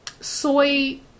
soy